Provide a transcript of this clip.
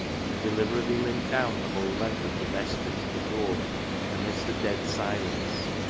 and deliberately limped down the whole length of the vestry to the door amidst a dead silence.